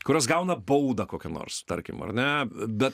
kurios gauna baudą kokią nors tarkim ar ne bet